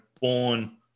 born